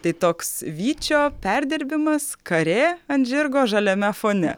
tai toks vyčio perdirbimas karė ant žirgo žaliame fone